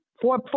four